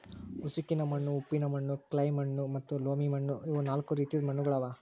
ಉಸುಕಿನ ಮಣ್ಣು, ಉಪ್ಪಿನ ಮಣ್ಣು, ಕ್ಲೇ ಮಣ್ಣು ಮತ್ತ ಲೋಮಿ ಮಣ್ಣು ಇವು ನಾಲ್ಕು ರೀತಿದು ಮಣ್ಣುಗೊಳ್ ಅವಾ